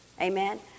Amen